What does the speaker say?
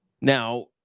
Now